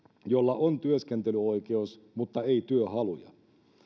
jolla on työskentelyoikeus mutta ei työhaluja